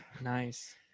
nice